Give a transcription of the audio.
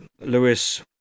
Lewis